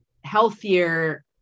healthier